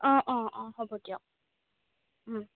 অঁ অঁ অঁ হ'ব দিয়ক